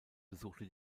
besuchte